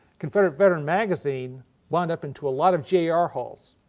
confederate veteran magazine wound up into a lot of gar halls.